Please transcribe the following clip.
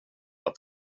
att